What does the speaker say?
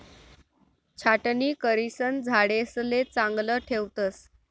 छाटणी करिसन झाडेसले चांगलं ठेवतस